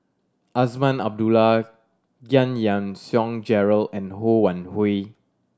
Azman Abdullah Giam Yean Song Gerald and Ho Wan Hui